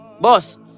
boss